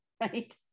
Right